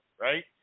right